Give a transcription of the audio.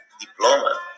diploma